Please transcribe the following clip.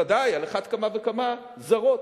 ודאי, על אחת כמה וכמה, גם לגבי ממשלות זרות.